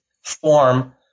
form